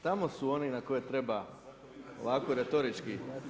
Tamo su oni na koje treba ovako retorički.